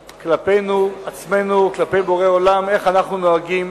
כלפינו, עצמנו, כלפי בורא עולם, איך אנחנו נוהגים